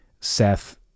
Seth